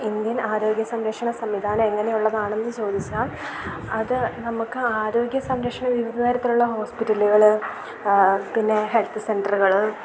Indian ആരോഗ്യ സംരക്ഷണ സംവിധാനം എങ്ങനെയുള്ളതാണെന്ന് ചോദിച്ചാൽ അത് നമുക്ക് ആരോഗ്യ സംരക്ഷണ വിവിധ തരത്തിലുള്ള ഹോസ്പിറ്റലുകൾ പിന്നെ ഹെൽത്ത് സെൻ്ററ്കള്